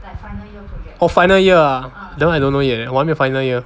oh final year ah that [one] I don't know yet 我还没有 final year